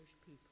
people